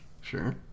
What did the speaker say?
Sure